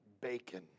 bacon